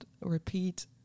repeat